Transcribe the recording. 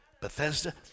Bethesda